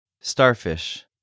Starfish